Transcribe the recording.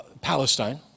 Palestine